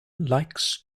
likes